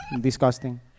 disgusting